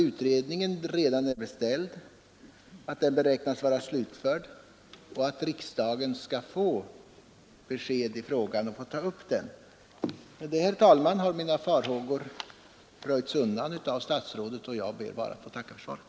Utredningen är beställd och när den är slutförd kommer riksdagen att få en redovisning i frågan. Därmed, herr talman, har mina farhågor undanröjts, och jag ber än en gång att få tacka för svaret.